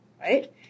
right